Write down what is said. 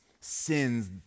sins